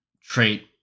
trait